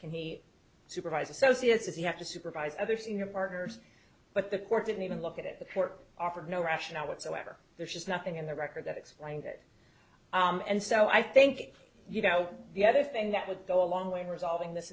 can he supervise associates if you have to supervise other senior partners but the court didn't even look at it the court offered no rationale whatsoever there's just nothing in the record that explained it and so i think you know the other thing that would go a long way in resolving this